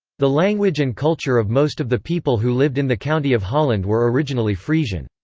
the language and culture of most of the people who lived in the county of holland were originally frisian.